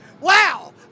Wow